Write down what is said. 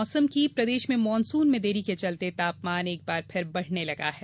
मौसम प्रदेश में मानसून में देरी के चलते तापमान एक बार फिर बढ़ने लगा है